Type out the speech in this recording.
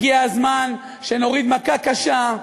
הגיע הזמן שנוריד מכה קשה,